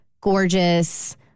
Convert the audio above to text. gorgeous